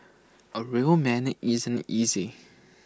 A real man need isn't easy